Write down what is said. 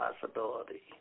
possibility